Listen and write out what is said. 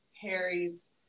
Harry's